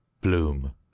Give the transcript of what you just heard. Bloom